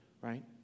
right